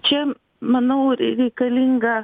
čia manau reikalinga